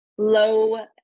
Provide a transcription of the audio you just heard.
Low